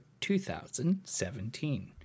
2017